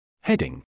Heading